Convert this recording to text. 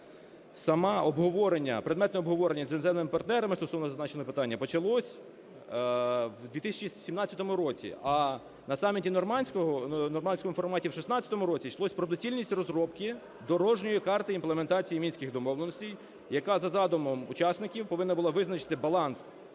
предметне обговорення з іноземними партнерами стосовно зазначеного питання почалось в 2017 році. А на саміті нормандського… в "нормандському форматі" в 16-му році йшлося про доцільність розробки дорожньої карти імплементації Мінських домовленостей, яка, за задумом учасників, повинна була визначити баланс